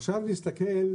עכשיו נסתכל ונסביר,